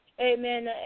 amen